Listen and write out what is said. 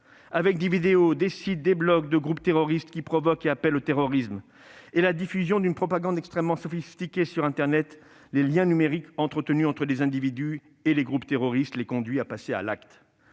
avec des vidéos, des sites, des blogs de groupes terroristes qui provoquent et appellent au terrorisme. La diffusion d'une propagande extrêmement sophistiquée sur internet, les liens numériques entretenus entre des individus et les groupes terroristes les conduisent à passer à l'acte.